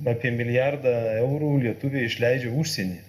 apie milijardą eurų lietuviai išleidžia užsieny